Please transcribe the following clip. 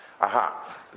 aha